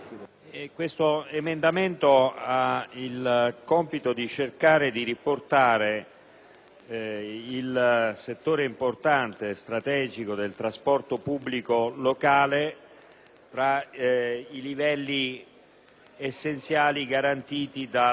il settore importante e strategico del trasporto pubblico locale ai livelli essenziali, garantiti al secondo comma dell'articolo 117 della Costituzione, lettera